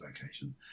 vocation